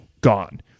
gone